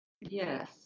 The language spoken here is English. Yes